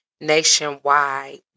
nationwide